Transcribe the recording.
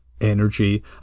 energy